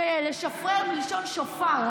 לדבר או לשפרר?